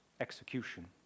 execution